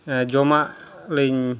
ᱡᱚᱢᱟᱜᱞᱤᱧ